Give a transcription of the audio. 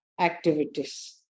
activities